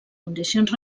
condicions